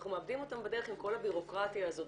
אנחנו מאבדים אותן בדרך עם כל הבירוקרטיה הזאת.